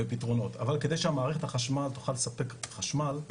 ופתרונות, אבל כדי שמערכת החשמל תוכל לספק חשמל,